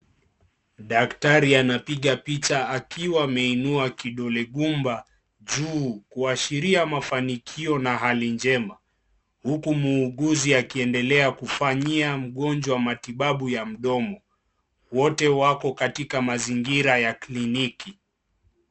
Daktari anapiga picha akiwa ameinua kidole gumba juu kuashiria mafanikio na hali njema huku muuguzi akiendelea kufanyia mgonjwa matibabu ya mdomo. Wote wako katika mazingira ya kliniki.